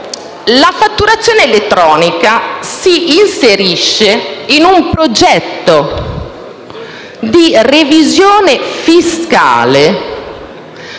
La fatturazione elettronica si inserisce in un progetto di revisione fiscale